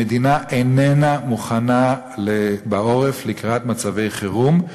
המדינה איננה מוכנה בעורף לקראת מצבי חירום,